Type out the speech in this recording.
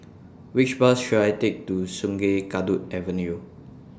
Which Bus should I Take to Sungei Kadut Avenue